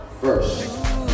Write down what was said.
first